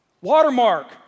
Watermark